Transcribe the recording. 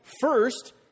First